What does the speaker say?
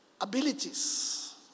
abilities